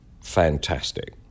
fantastic